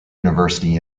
university